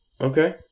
Okay